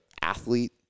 athlete